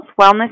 wellness